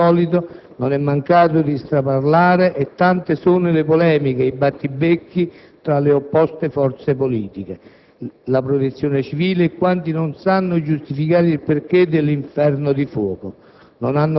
Come al solito, non è mancato lo straparlare e tante sono le polemiche e i battibecchi tra le opposte forze politiche, la protezione civile e quanti non sanno giustificare il perché dell'inferno di fuoco.